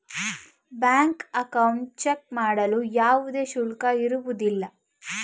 bank account check ಮಾಡಲು ಯಾವುದೇ ಶುಲ್ಕ ಇರುವುದಿಲ್ಲ